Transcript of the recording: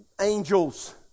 Angels